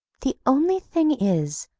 the only thing is,